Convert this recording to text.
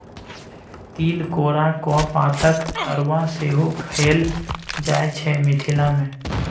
तिलकोराक पातक तरुआ सेहो खएल जाइ छै मिथिला मे